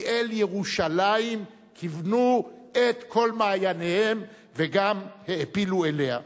כי אל ירושלים כיוונו את כל מעייניהם וגם העפילו אליה.